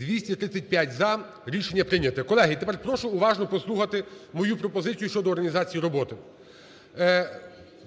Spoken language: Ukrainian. За-235 Рішення прийнято. Колеги, тепер прошу уважно послухати мою пропозицію щодо організації роботи.